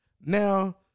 Now